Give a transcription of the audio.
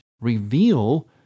reveal